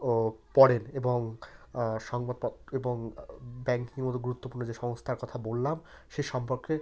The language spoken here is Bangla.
ও পড়েন এবং সংবাদপ এবং ব্যাংকিংয়ের মতো গুরুত্বপূর্ণ যে সংস্থার কথা বললাম সে সম্পর্কে